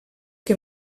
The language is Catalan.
que